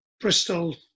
Bristol